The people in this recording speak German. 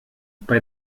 bei